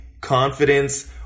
confidence